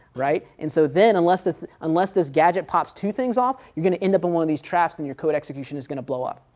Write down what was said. right. and so then unless the unless this gadget pops two things off, you're going to end up in one of these traps and your code execution is going to blow up,